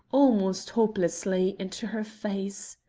almost hopelessly, into her face.